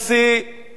עם כל הכבוד,